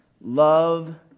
Love